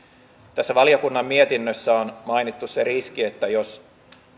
tässä valiokunnan mietinnössä on mainittu se riski että jos